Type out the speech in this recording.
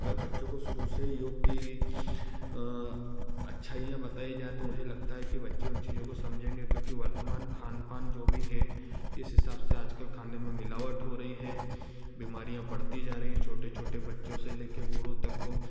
अगर बच्चों को शुरू से योग की अच्छाइयाँ बताई जाए तो मुझे लगता है कि बच्चे उन चीजों को समझेंगे क्योंकि वर्तमान खान पान जो भी है इस हिसाब से आजकल खाने में मिलावट हो रही है बीमारियाँ बढ़ती जा रही हैं छोटे छोटे बच्चों से ले कर बूढ़ों तक को